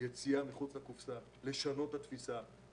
מחוץ לקופסא, לשנות את התפישה.